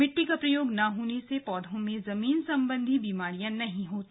मिट्टी का प्रयोग न होने से पौधों में जमीन संबंधी बीमारियां नहीं होती